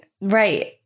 Right